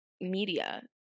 media